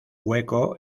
hueco